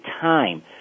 time